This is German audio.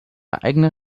eigene